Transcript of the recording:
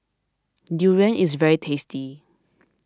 Durian is very tasty